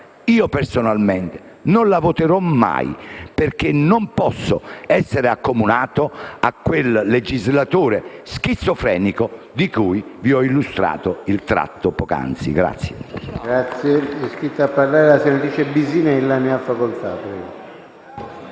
io personalmente non la voterò mai, perché non posso essere accomunato a quel legislatore schizofrenico di cui vi ho illustrato il tratto poc'anzi.